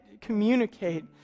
communicate